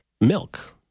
milk